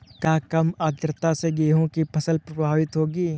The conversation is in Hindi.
क्या कम आर्द्रता से गेहूँ की फसल प्रभावित होगी?